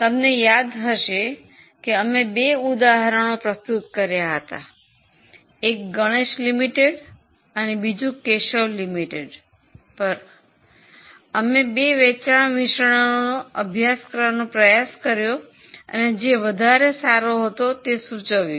તમને યાદ હશે કે અમે બે ઉદાહરણો કર્યા હતા એક ગણેશ લિમિટેડ અને બીજું કેશવ લિમિટેડ પર હતું અમે બે વેચાણ મિશ્રણોનો અભ્યાસ કરવાનો પ્રયાસ કર્યો અને જે વધારે સારું હતું તે સૂચવ્યું